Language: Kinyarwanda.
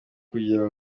kugira